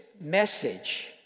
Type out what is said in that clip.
message